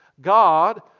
God